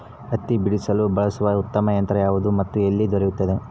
ಹತ್ತಿ ಬಿಡಿಸಲು ಬಳಸುವ ಉತ್ತಮ ಯಂತ್ರ ಯಾವುದು ಮತ್ತು ಎಲ್ಲಿ ದೊರೆಯುತ್ತದೆ?